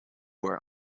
are